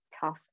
tough